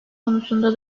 konusunda